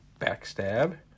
Backstab